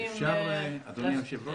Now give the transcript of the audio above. אפשר, אדוני היושב ראש?